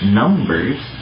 numbers